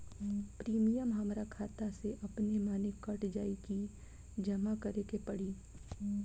Premium हमरा खाता से अपने माने कट जाई की जमा करे के पड़ी?